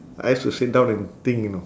I used to sit down and think you know